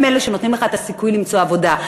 אלה שנותנות לך את הסיכוי למצוא עבודה.